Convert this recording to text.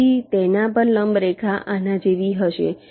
તેથી તેના પર લંબ રેખા આના જેવી હશે